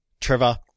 Trevor